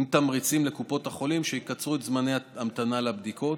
עם תמריצים לקופות החולים שיקצרו את זמני ההמתנה לבדיקות.